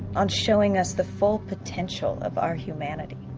on showing us the full potential of our humanity.